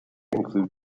include